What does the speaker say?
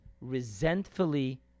resentfully